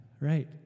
right